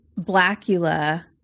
Blackula